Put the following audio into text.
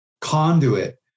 conduit